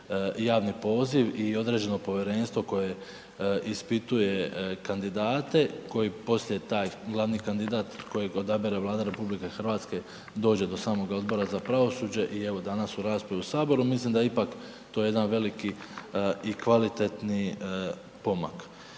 javni poziv i određeno povjerenstvo koje ispituje kandidate koji poslije taj glavni kandidat kojeg odabere Vlada RH dođe do samoga Odbora za pravosuđe i evo danas u raspravi u Saboru, mislim da je ipak to jedan veliki i kvalitetni pomak.